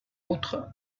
autres